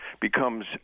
becomes